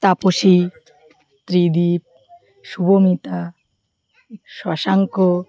Tapasi Tridib Shubhamita Shashanka